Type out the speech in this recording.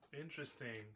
interesting